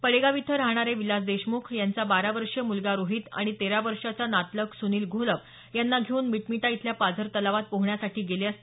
पडेगाव इथं राहणारे विलास देशमुख त्यांचा बारा वर्षीय मुलगा रोहित आणि तेरा वर्षाचा नातलग सुनिल घोलप यांना घेऊन मिटमीटा इथल्या पाझर तलावात पोहण्यासाठी गेले असता ही दुर्घटना घडली